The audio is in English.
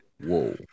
whoa